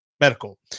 medical